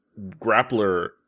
grappler